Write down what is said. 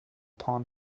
pond